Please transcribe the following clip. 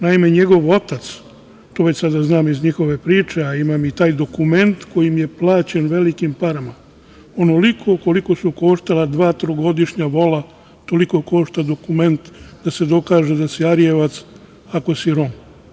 Naime, njegov otac, to već sada znam iz njihove priče, a imam i taj dokument koji je plaćen velikim parama, onoliko koliko su koštala dva trogodišnja vola toliko košta dokument da se dokaže da si Arijevac ako si Rom.